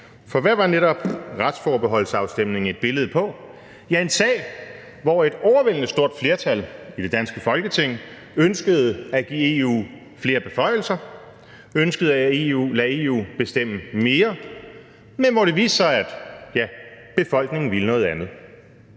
For hvad var netop retsforbeholdsafstemningen et billede på? Ja, det var en sag, hvor et overvældende stort flertal i det danske Folketing ønskede at give EU flere beføjelser, ønskede at lade EU bestemme mere, men hvor det viste sig, at befolkningen ville noget andet.